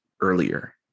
earlier